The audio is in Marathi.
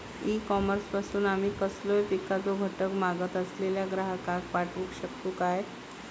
ई कॉमर्स पासून आमी कसलोय पिकाचो घटक मागत असलेल्या ग्राहकाक पाठउक शकतू काय?